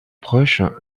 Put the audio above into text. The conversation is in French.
proche